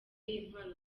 intwaro